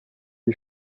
die